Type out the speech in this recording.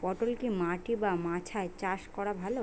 পটল কি মাটি বা মাচায় চাষ করা ভালো?